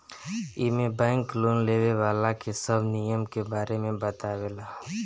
एमे bank loan लेवे वाला के सब नियम के बारे में बतावे ला